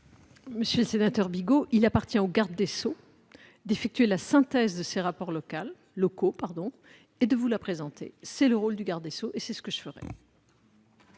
Monsieur Bigot, il appartient au garde des sceaux de faire la synthèse de ces rapports locaux et de vous la présenter. C'est le rôle du garde des sceaux, et c'est ce que je ferai